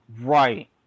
Right